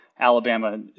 Alabama